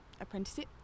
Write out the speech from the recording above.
Apprenticeship